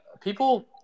people